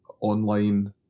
online